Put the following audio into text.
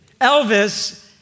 Elvis